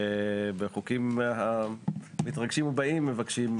שבחוקים המתרגשים ובאים מבקשים...